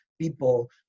people